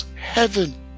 heaven